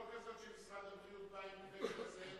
לא כזאת שמשרד הבריאות בא עם קוועץ' כזה,